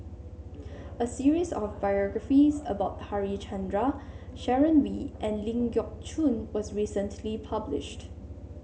a series of biographies about Harichandra Sharon Wee and Ling Geok Choon was recently published